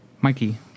Mikey